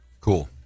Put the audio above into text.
Cool